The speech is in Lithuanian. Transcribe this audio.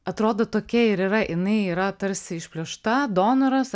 atrodo tokia ir yra jinai yra tarsi išplėšta donoras